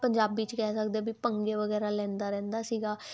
ਪੰਜਾਬੀ ਚ ਕਹਿ ਸਕਦੇ ਹੋ ਵੀ ਭੰਗੇ ਵਗੈਰਾ ਲੈਂਦਾ ਰਹਿੰਦਾ ਸੀਗਾ